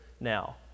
now